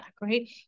right